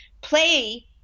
play